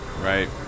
right